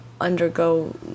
undergo